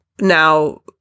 now